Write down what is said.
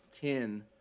ten